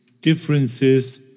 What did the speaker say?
differences